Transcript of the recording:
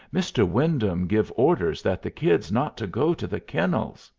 mr. wyndham give orders that the kid's not to go to the kennels.